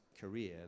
career